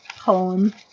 poem